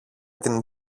την